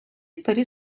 старі